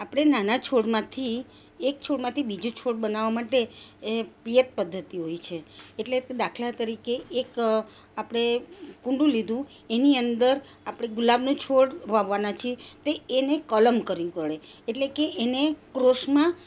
આપણે નાના છોડમાંથી એક છોડમાંથી બીજો છોડ બનાવવા માટે પિયત પદ્ધતિ હોય છે એટલે દાખલા તરીકે એક આપણે કૂંડું લીધું એની અંદર આપણે ગુલાબનું છોડ વાવવાના છે તે એને કલમ કરવી પડે એટલે કે એને ક્રોસમાં